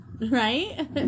right